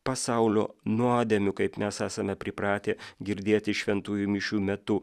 pasaulio nuodėmių kaip mes esame pripratę girdėti šventųjų mišių metu